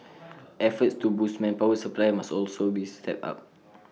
efforts to boost manpower supply must also be stepped up